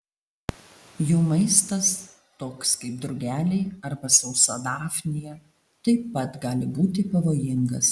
jų maistas toks kaip drugeliai arba sausa dafnija taip pat gali būti pavojingas